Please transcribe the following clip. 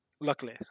luckily